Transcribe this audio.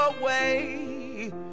away